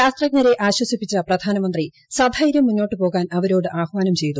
ശാസ്ത്രജ്ഞരെ ആശ്വസിപ്പിച്ച പ്രധാനമന്ത്രി സധൈര്യം മുന്നോട്ടുപോകാൻ അവരോട് ആഹ്വാനം ചെയ്തു